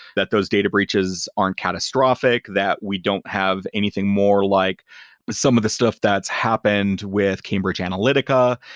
that those data breaches aren't catastrophic. that we don't have anything more like but some of the stuff that's happened with cambridge analytica,